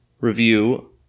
review